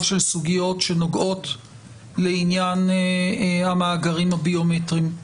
של סוגיות שנוגעות לעניין המאגרים הביומטריים.